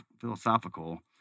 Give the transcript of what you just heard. philosophical